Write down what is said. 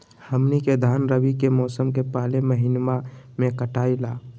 हमनी के धान रवि के मौसम के पहले महिनवा में कटाई ला